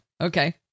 okay